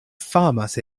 famas